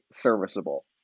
serviceable